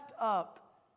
up